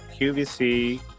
QVC